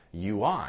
ui